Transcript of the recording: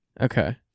Okay